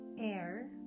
Air